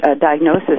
diagnosis